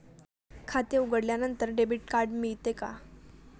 खाते उघडल्यानंतर debit card मिळते का?